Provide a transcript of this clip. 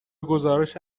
گزارش